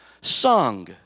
sung